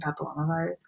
papillomavirus